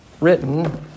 written